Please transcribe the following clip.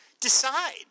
decide –